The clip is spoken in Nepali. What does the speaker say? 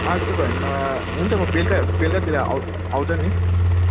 आज त हेर्न हुन्छ म बेलुका बेलुकातिर आउँ आउँछु नि